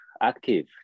active